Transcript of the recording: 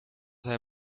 hij